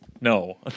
no